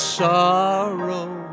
sorrow